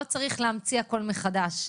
לא צריך להמציא הכול מחדש.